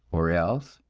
or else,